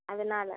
அதனால